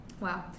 wow